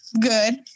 good